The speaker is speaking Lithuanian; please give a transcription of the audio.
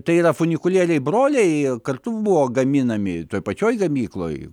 tai yra funikulieriai broliai kartu buvo gaminami toj pačioj gamykloj